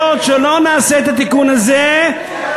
וכל עוד לא נעשה את התיקון הזה ימשיכו,